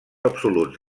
absoluts